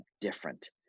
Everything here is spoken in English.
different